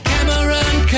Cameron